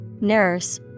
nurse